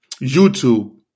YouTube